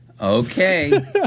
Okay